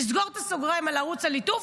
נסגור את הסוגריים על ערוץ הליטוף,